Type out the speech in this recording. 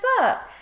up